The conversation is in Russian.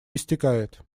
истекает